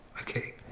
Okay